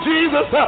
Jesus